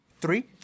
three